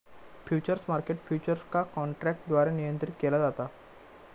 futures market futures का काँट्रॅकद्वारे नियंत्रीत केला जाता